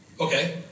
Okay